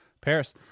Paris